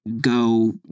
go